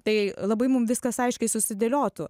tai labai mum viskas aiškiai susidėliotų